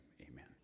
amen